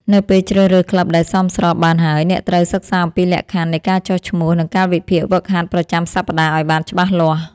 នៅពេលជ្រើសរើសក្លឹបដែលសមស្របបានហើយ អ្នកត្រូវសិក្សាអំពីលក្ខខណ្ឌនៃការចុះឈ្មោះ និងកាលវិភាគហ្វឹកហាត់ប្រចាំសប្តាហ៍ឱ្យបានច្បាស់លាស់។